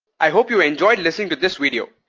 i hope you enjoyed listening to this video.